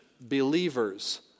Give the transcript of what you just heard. believers